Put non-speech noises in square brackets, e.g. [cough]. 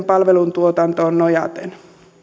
[unintelligible] palveluntuotantoon nojaten